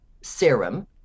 serum